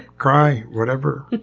cry, whatever.